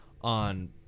on